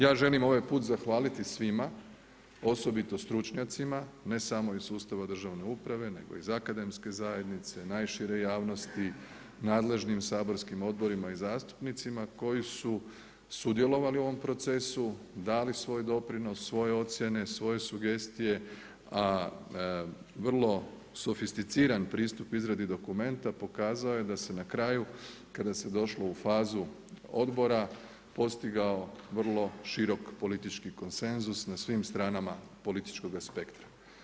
Ja želim ovaj put zahvaliti svim, osobito stručnjacima, ne samo iz sustava državne uprave nego i iz akademske zajednice, najšire javnosti, nadležnim saborskim odborima i zastupnicima koji su sudjelovali u ovom procesu, dali svoj doprinos, svoje ocjene, svoje sugestije a vrlo sofisticiran pristup izradi dokumenta pokazao je da se na kraju kada se došlo u fazu odbora postigao vrlo širok politički konsenzus na svim stranama političkog aspekta.